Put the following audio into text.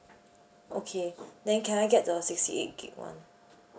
okay then can I get the sixty eight gig one